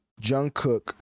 Jungkook